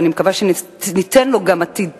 ואני מקווה שגם ניתן לו עתיד טוב.